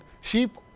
sheep